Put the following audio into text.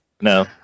No